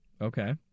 Okay